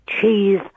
cheese